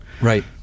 right